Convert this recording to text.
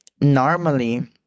Normally